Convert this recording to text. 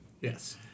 Yes